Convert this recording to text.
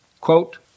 quote